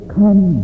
come